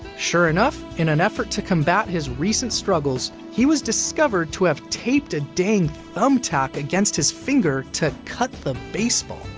sure enough, in an effort to combat his recent struggles, he was discovered to have taped a dang thumbtack against his finger to cut the baseball.